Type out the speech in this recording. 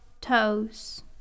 toes